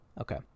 Okay